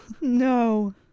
no